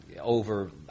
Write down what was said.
over